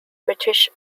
british